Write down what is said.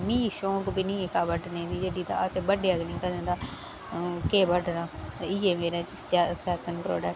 मिं शौंक बी निं ऐ घाऽ बड्ढने दी घा कदें बड्ढेआ गै निं ऐ कदें तां हून केह् बड्ढना इ'यै मेरा